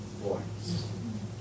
voice